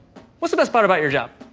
what's the best part about your job?